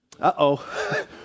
Uh-oh